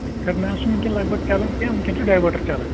mixer نہ حظ چھُ نہٕ وٕنکین لگ بگ چلان کیٚنٛہہ وٕنکین چھُ ڈایوٲٹر چلان